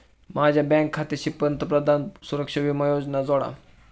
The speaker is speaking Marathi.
माझ्या बँक खात्याशी पंतप्रधान सुरक्षा विमा योजना जोडा